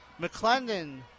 McClendon